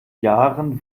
jahren